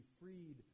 freed